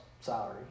salary